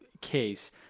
case